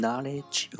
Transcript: knowledge